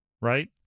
right